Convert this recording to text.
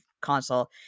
console